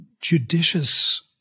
judicious